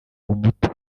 umuto